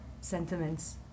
sentiments